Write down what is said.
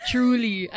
Truly